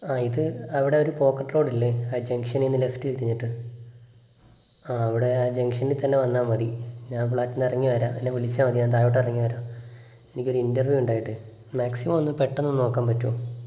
ആ ഇത് അവിടെ ഒരു പോക്കറ്റ് റോഡില്ലേ ആ ജംഗ്ഷനീൽ നിന്ന് ലെഫ്റ്റ് തിരിഞ്ഞിട്ട് ആ അവിടെ ആ ജംഗ്ഷനിൽ തന്നെ വന്നാൽ മതി ഞാൻ ഫ്ലാറ്റിൽ നിന്ന് ഇറങ്ങി വരാം എന്നെ വിളിച്ചാൽ മതി ഞാൻ താഴോട്ട് ഇറങ്ങി വരാം എനിക്കൊരു ഇൻറ്റർവ്യൂ ഉണ്ടായിട്ടാണ് മാക്സിമം ഒന്ന് പെട്ടെന്ന് നോക്കാൻ പറ്റുമോ